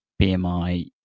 BMI